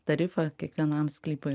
tarifą kiekvienam sklypui